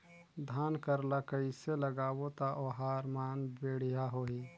धान कर ला कइसे लगाबो ता ओहार मान बेडिया होही?